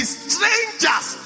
strangers